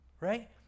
Right